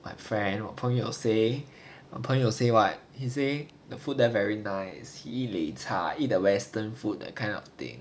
my friend 我朋友 say 我朋友 say what he say the food there very nice sibei 差 can eat the western food that kind of thing